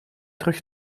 terug